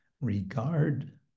regard